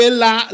la